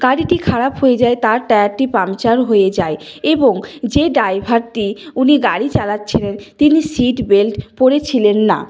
গাড়িটি খারাপ হয়ে যায় তার টায়ারটি পাংচার হয়ে যায় এবং যে ড্রাইভারটি উনি গাড়ি চালাচ্ছিলেন তিনি সিট বেল্ট পরেছিলেন না